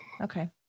Okay